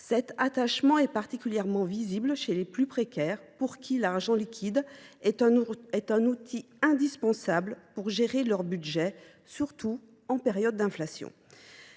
en espèces est particulièrement visible chez les plus précaires, pour qui l’argent liquide est un outil indispensable de gestion de leur budget, surtout en période d’inflation.